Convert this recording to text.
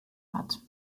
hat